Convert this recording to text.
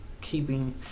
keeping